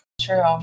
true